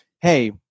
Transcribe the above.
Hey